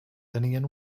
tenien